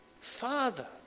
Father